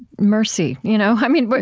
mercy. you know i mean, but